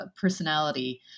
personality